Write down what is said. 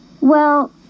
Well